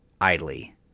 Idly